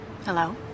Hello